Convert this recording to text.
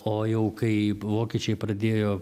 o jau kai vokiečiai pradėjo